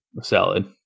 Salad